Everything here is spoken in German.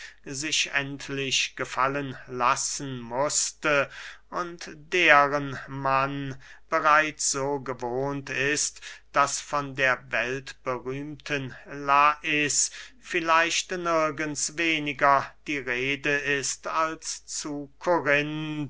sich endlich gefallen lassen mußte und deren man bereits so gewohnt ist daß von der weltberühmten lais vielleicht nirgends weniger die rede ist als zu